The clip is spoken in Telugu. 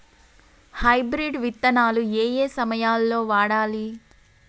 హైబ్రిడ్ విత్తనాలు ఏయే సమయాల్లో వాడాలి?